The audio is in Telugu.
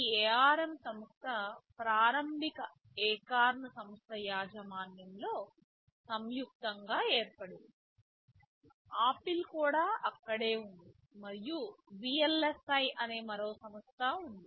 ప్రారంభంలో ఈ ARM సంస్థ ప్రారంబిక ఎకార్న్ సంస్థ యాజమాన్యంలో సంయుక్తంగా ఏర్పడింది ఆపిల్ కూడా అక్కడే ఉంది మరియు VLSI అనే మరో సంస్థ ఉంది